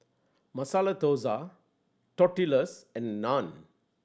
Masala Dosa Tortillas and Naan